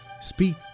Speak